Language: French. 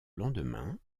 lendemain